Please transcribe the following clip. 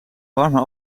warme